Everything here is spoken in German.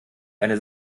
eine